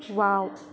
wow